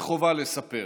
וחובה לספר,